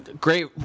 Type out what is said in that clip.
great